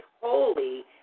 holy